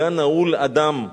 / גן נעול, אדם.